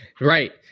Right